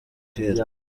kera